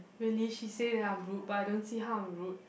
really she say that I'm rude but I don't see how I'm rude